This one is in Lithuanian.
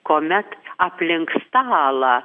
kuomet aplink stalą